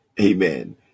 Amen